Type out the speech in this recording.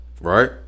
right